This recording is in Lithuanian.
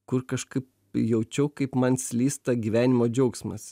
kur kažkaip jaučiau kaip man slysta gyvenimo džiaugsmas